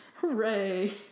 hooray